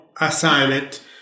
assignment